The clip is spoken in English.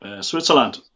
Switzerland